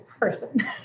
person